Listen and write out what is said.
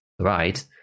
right